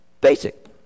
Basic